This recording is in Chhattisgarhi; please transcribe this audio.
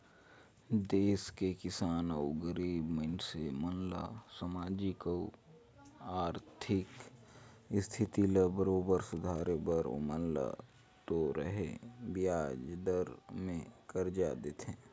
देस के किसान अउ गरीब मइनसे मन ल सामाजिक अउ आरथिक इस्थिति ल बरोबर सुधारे बर ओमन ल थो रहें बियाज दर में करजा देथे